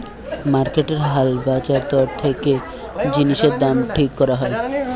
মার্কেটের হাল বাজার দর দেখে জিনিসের দাম ঠিক করা হয়